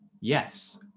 yes